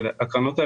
קודמות,